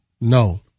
No